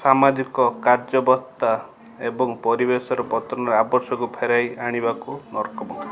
ସାମାଜିକ କାର୍ଯ୍ୟବତ୍ତା ଏବଂ ପରିବେଶର ଆବଶ୍ୟକୁ ଫେରାଇ ଆଣିବାକୁ